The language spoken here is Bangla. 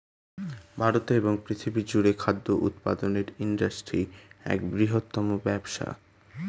ভারতে এবং পৃথিবী জুড়ে খাদ্য উৎপাদনের ইন্ডাস্ট্রি এক বৃহত্তম ব্যবসা